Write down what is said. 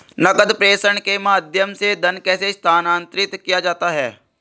नकद प्रेषण के माध्यम से धन कैसे स्थानांतरित किया जाता है?